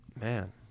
man